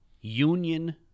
union